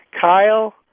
Kyle